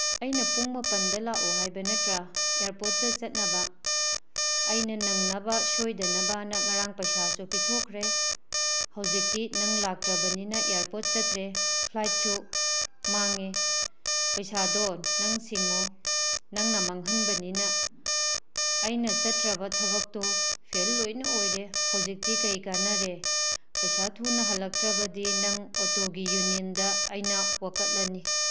ꯑꯩꯅ ꯄꯨꯡ ꯃꯥꯄꯟꯗ ꯂꯥꯛꯎ ꯍꯥꯏꯕ ꯅꯠꯇ꯭ꯔꯥ ꯑꯦꯌꯥꯔꯄꯣꯔꯠꯇ ꯆꯠꯅꯕ ꯑꯩꯅ ꯅꯪꯅꯕ ꯁꯣꯏꯗꯅꯕꯅ ꯉꯔꯥꯡ ꯄꯩꯁꯥꯁꯨ ꯄꯤꯊꯣꯛꯈ꯭ꯔꯦ ꯍꯧꯖꯤꯛꯇꯤ ꯅꯪ ꯂꯥꯛꯇ꯭ꯔꯕꯅꯤꯅ ꯑꯦꯌꯥꯔꯄꯣꯔꯠ ꯆꯠꯇ꯭ꯔꯦ ꯐ꯭ꯂꯥꯏꯠꯁꯨ ꯃꯥꯡꯉꯦ ꯄꯩꯁꯥꯗꯣ ꯅꯪ ꯁꯤꯡꯉꯣ ꯅꯪꯅ ꯃꯥꯡꯍꯟꯕꯅꯤꯅ ꯑꯩꯅ ꯆꯠꯇ꯭ꯔꯕ ꯊꯕꯛꯇꯣ ꯐꯦꯜ ꯂꯣꯏꯅ ꯑꯣꯏꯔꯦ ꯍꯧꯖꯤꯛꯇꯤ ꯀꯩ ꯀꯥꯟꯅꯔꯦ ꯄꯩꯁꯥ ꯊꯨꯅ ꯍꯜꯂꯛꯇ꯭ꯔꯕꯗꯤ ꯅꯪ ꯑꯣꯇꯣꯒꯤ ꯌꯨꯅꯤꯌꯟꯗ ꯑꯩꯅ ꯋꯥꯀꯠꯂꯅꯤ